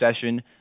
session